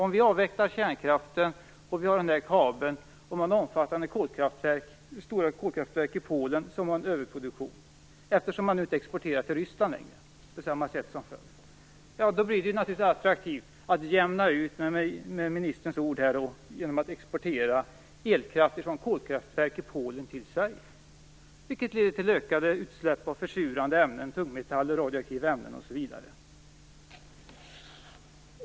Om vi avvecklar kärnkraften, har den där kabeln och stora kolkraftverk i Polen som har en överproduktion - eftersom man inte längre exporterar till Ryssland på samma sätt som förut - blir det naturligtvis attraktivt att jämna ut, med ministerns ord, genom att exportera elkraft från kolkraftverk i Polen till Sverige. Det leder till ökade utsläpp av försurande ämnen, tungmetaller, radioaktiva ämnen, osv.